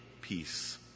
peace